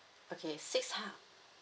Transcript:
okay six hu~